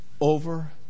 over